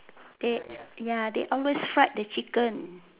they ya they always fried the chicken